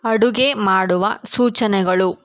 ಅಡುಗೆ ಮಾಡುವ ಸೂಚನೆಗಳು